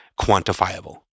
quantifiable